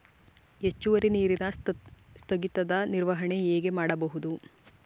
ಹೆಚ್ಚುವರಿ ನೀರಿನ ಸ್ಥಗಿತದ ನಿರ್ವಹಣೆ ಹೇಗೆ ಮಾಡಬಹುದು?